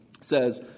says